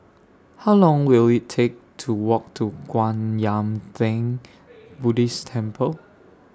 How Long Will IT Take to Walk to Kwan Yam Theng Buddhist Temple